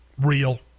real